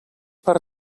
per